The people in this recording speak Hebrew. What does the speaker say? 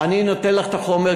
אני נותן לך את החומר.